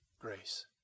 Grace